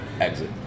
exit